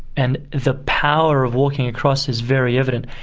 and the power of walking across is very evident.